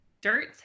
Dirt